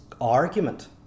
argument